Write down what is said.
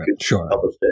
sure